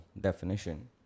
definition